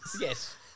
Yes